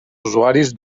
usuaris